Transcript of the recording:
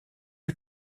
que